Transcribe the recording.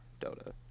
Dota